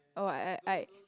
orh I I I